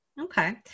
Okay